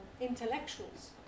intellectuals